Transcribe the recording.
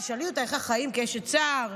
תשאלי אותה איך החיים כאשת שר,